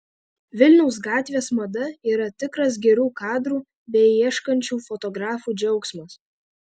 vilniaus gatvės mada yra tikras gerų kadrų beieškančių fotografų džiaugsmas